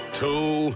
two